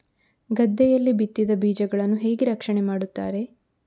ಗದ್ದೆಯಲ್ಲಿ ಬಿತ್ತಿದ ಬೀಜಗಳನ್ನು ಹೇಗೆ ರಕ್ಷಣೆ ಮಾಡುತ್ತಾರೆ?